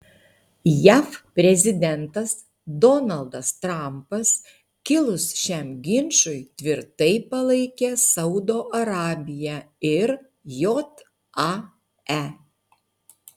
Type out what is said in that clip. jav prezidentas donaldas trampas kilus šiam ginčui tvirtai palaikė saudo arabiją ir jae